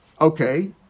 okay